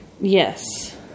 Yes